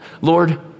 Lord